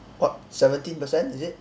what seventeen percent is it